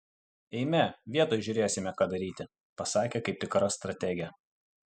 eime vietoj žiūrėsime ką daryti pasakė kaip tikra strategė